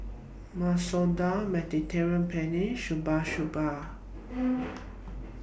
Masoor Dal Mediterranean Penne Shabu Shabu